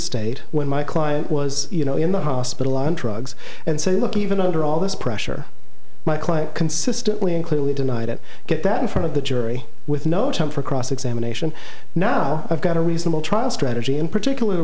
state when my client was you know in the hospital on trucks and saying look even under all this pressure my client consistently and clearly denied it get that in front of the jury with no time for cross examination now i've got a reasonable trial strategy in particular